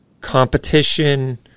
competition